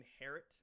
inherit